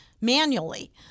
manually